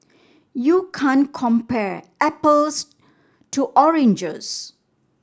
you can't compare apples to oranges